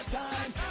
time